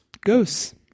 ghosts